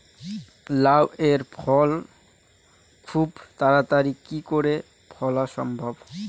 লাউ এর ফল খুব তাড়াতাড়ি কি করে ফলা সম্ভব?